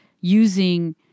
using